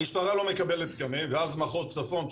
המשטרה לא מקבלת תקנים ואז מחוז צפון,